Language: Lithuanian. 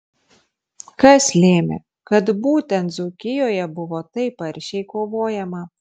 kas lėmė kad būtent dzūkijoje buvo taip aršiai kovojama